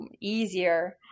easier